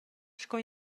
sco